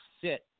sit